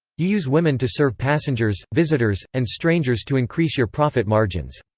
you use women to serve passengers, visitors, and strangers to increase your profit margins.